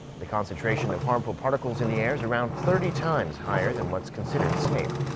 the concentration of harmful particles in the air is around thirty times higher than what's considered safe.